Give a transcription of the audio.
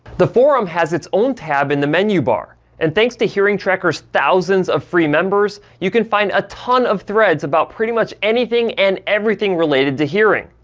the forum has its own tab in the menu bar. and thanks to hearing tracker's thousands of free members, you can find a ton of threads about pretty much anything and everything related to hearing.